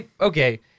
okay